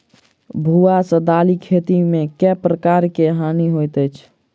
भुआ सँ दालि खेती मे केँ प्रकार केँ हानि होइ अछि?